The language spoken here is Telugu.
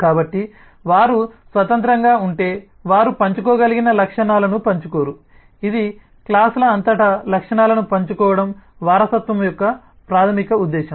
కాబట్టి వారు స్వతంత్రంగా ఉంటే వారు పంచుకోగలిగిన లక్షణాలను పంచుకోరు ఇది క్లాస్ ల అంతటా లక్షణాలను పంచుకోవడం వారసత్వం యొక్క ప్రాథమిక ఉద్దేశ్యం